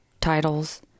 titles